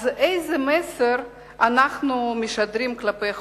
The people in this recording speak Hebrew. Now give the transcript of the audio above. אז איזה מסר אנחנו משדרים כלפי חוץ,